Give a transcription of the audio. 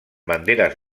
banderes